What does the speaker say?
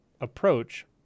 approach